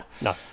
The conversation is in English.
No